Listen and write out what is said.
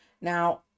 Now